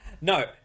No